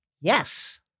Yes